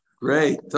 Great